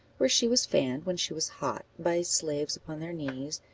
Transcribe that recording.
where she was fanned when she was hot, by slaves upon their knees,